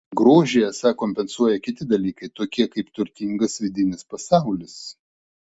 grožį esą kompensuoja kiti dalykai tokie kaip turtingas vidinis pasaulis